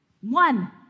One